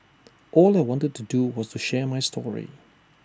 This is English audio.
all I wanted to do was to share my story